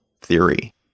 theory